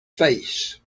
face